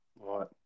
Right